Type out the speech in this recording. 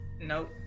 Nope